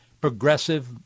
progressive